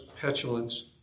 petulance